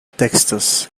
textos